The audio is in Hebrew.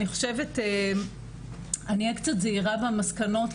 אני אהיה זהירה במסקנות,